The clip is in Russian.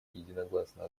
единогласно